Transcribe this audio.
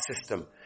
system